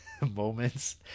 moments